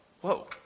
whoa